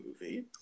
movie